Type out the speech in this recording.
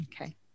okay